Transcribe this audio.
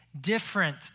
different